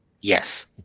Yes